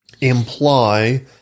imply